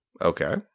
Okay